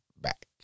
back